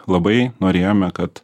labai norėjome kad